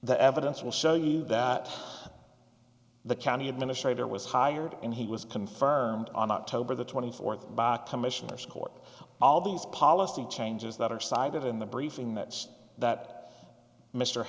the evidence will show you that the county administrator was hired and he was confirmed on october the twenty fourth commissioners court all these policy changes that are cited in the briefing that that m